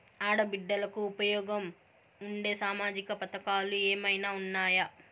ఆడ బిడ్డలకు ఉపయోగం ఉండే సామాజిక పథకాలు ఏమైనా ఉన్నాయా?